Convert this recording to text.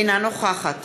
אינה נוכחת